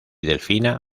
delfina